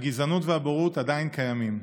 הגזענות והבורות עדיין קיימות,